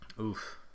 oof